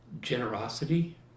generosity